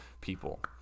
people